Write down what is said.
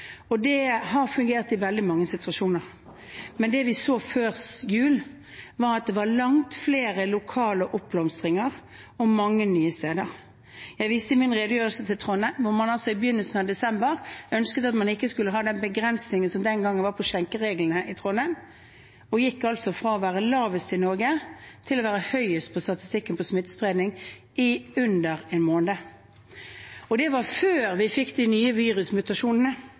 og det har fungert i veldig mange situasjoner. Men det vi så før jul, var at det var langt flere lokale oppblomstringer, og på mange nye steder. Jeg viste i min redegjørelse til Trondheim, der man i begynnelsen av desember ikke ønsket å ha den begrensningen som den gangen var på skjenkereglene, og Trondheim gikk altså fra å være lavest i Norge på statistikken for smittespredning til å være høyest på under en måned. Og det var før vi fikk de nye virusmutasjonene.